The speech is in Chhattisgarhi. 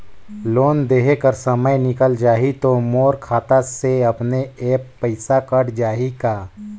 लोन देहे कर समय निकल जाही तो मोर खाता से अपने एप्प पइसा कट जाही का?